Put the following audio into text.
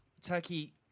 Turkey